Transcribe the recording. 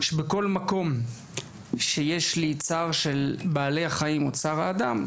שבכל מקום שיש לי צער של בעלי החיים או צער האדם,